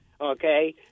okay